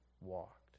walked